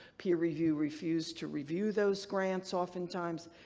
peer review refused to review those grants often times.